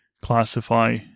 classify